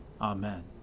Amen